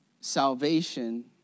salvation